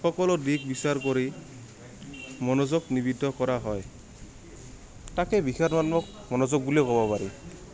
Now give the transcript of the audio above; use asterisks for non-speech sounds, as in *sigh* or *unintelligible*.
সকলো দিশ বিচাৰ কৰি মনোযোগ নিবিত কৰা হয় তাকে *unintelligible* মনোযোগ বুলিয়েই ক'ব পাৰি